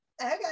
okay